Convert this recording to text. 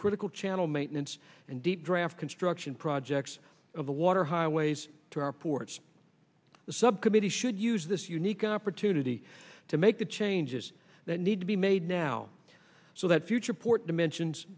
critical channel maintenance and deep draft construction projects of the water highways to our ports the subcommittee should use this unique opportunity to make the changes that need to be made now so that future port dimensions